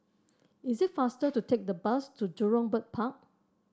is it faster to take the bus to Jurong Bird Park